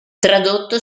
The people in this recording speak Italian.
tradotto